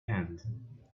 hand